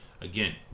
again